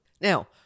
Now